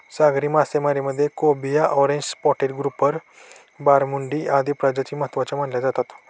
सागरी मासेमारीमध्ये cobia, orange spotted grouper, barramundi आदी प्रजाती महत्त्वाच्या मानल्या जातात